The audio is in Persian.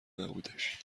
نبودش